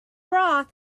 broth